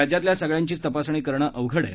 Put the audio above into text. राज्यातल्या सगळ्यांचीच तपासणी करणं अवघड आहे